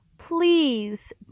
Please